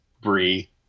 Brie